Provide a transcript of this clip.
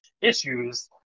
issues